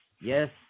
yes